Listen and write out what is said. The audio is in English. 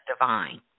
divine